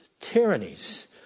tyrannies